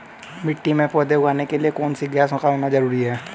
मिट्टी में पौधे उगाने के लिए कौन सी गैस का होना जरूरी है?